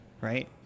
right